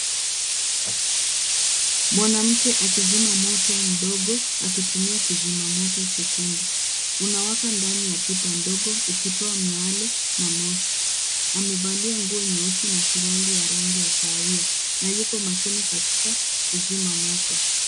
Mwanamke akizima moto mdogo akitumia kizimamoto chekundu. Unawaka ndani ya pipa ndogo ukitoa miale na moshi. Amevalia nguo nyeusi na suruali ya rangi ya kahawia na yuko makini katika kuzima moto.